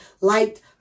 liked